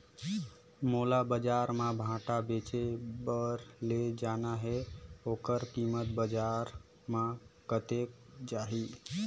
मोला बजार मां भांटा बेचे बार ले जाना हे ओकर कीमत बजार मां कतेक जाही?